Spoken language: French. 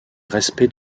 respect